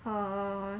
her